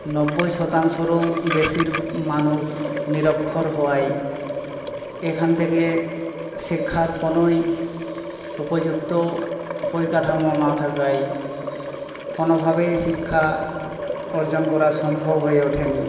নব্বই শতাংশরও বেশির মানুষ নিরক্ষর হওয়ায় এখান থেকে শিক্ষার কোনোই উপযুক্ত পরিকাঠামো না থাকায় কোনোভাবেই শিক্ষা অর্জন করা সম্ভব হয়ে ওঠেনি